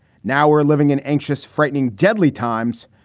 now we're living an anxious, frightening, deadly times.